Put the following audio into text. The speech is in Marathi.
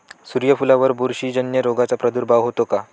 सूर्यफुलावर बुरशीजन्य रोगाचा प्रादुर्भाव होतो का?